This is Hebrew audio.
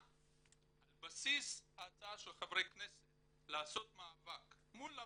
על בסיס ההצעה של חברי הכנסת לעשות מאבק מול לפ"מ,